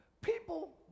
people